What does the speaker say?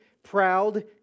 Proud